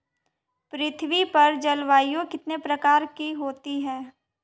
पृथ्वी पर जलवायु कितने प्रकार की होती है?